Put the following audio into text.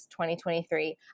2023